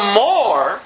more